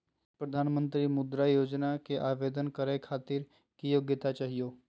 प्रधानमंत्री मुद्रा योजना के आवेदन करै खातिर की योग्यता चाहियो?